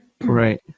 Right